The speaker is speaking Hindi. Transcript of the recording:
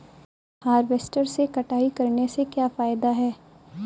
हार्वेस्टर से कटाई करने से क्या फायदा है?